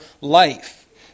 life